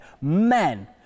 men